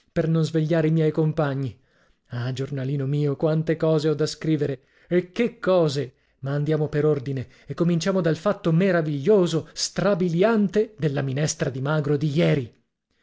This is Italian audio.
per non svegliare i miei compagni ah giornalino mio quante cose ho da scrivere e che cose ma andiamo per ordine e cominciamo dal fatto meraviglioso strabiliante della minestra di magro di ieri